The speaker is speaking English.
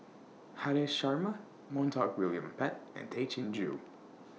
Haresh Sharma Montague William Pett and Tay Chin Joo